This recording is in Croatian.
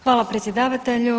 Hvala predsjedavatelju.